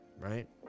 Right